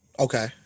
Okay